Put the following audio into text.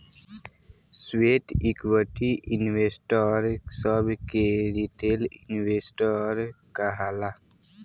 sweat equity investor सभ के retail investor कहाला